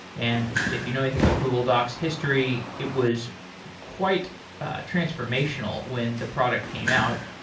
and if you know anything about google docs' history, it was quite transformational when the product came out.